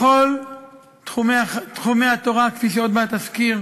בכל תחומי התורה, כפי שעוד מעט אזכיר.